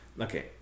Okay